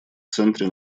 центре